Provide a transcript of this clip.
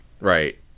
right